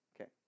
Okay